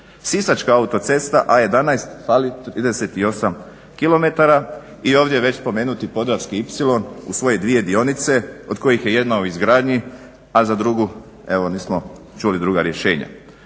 Sisačka autocesta A11 fali 38 km i ovdje je već spomenuti podravski ipsilon u svoje dvije dionice od kojih je jedna u izgradnji, a za drugu evo nismo čuli druga rješenja.